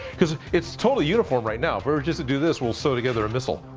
because it's totally uniform right now. we're just to do this we'll sew together a missile.